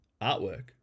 Artwork